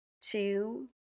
two